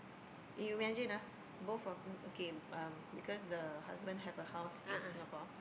you imagine ah both of okay um because the husband have a house in Singapore